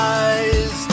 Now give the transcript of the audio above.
eyes